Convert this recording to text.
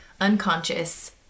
unconscious